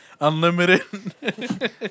Unlimited